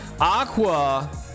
Aqua